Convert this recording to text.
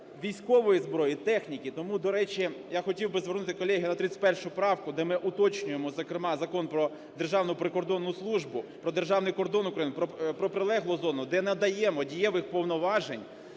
військової зброї, техніки. Тому, до речі, я хотів би звернути, колеги, на 31 правку, де ми уточнюємо, зокрема, Закон про Державну прикордонну службу, про державний кордон України, про прилеглу зону, де надаємо дієвих повноважень